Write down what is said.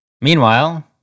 Meanwhile